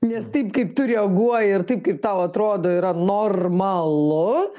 nes taip kaip tu reaguoji ir taip kaip tau atrodo yra normalu